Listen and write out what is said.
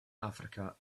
africa